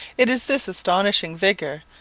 it is this astounding vigour,